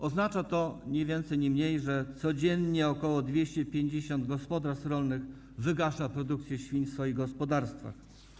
Oznacza to ni mniej, ni więcej, że codziennie ok. 250 gospodarstw rolnych wygasza produkcję świń w swoich gospodarstwach.